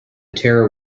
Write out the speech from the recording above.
terror